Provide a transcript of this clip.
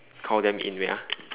call them in wait ah